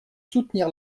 soutenir